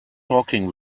talking